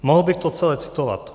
Mohl bych to celé citovat.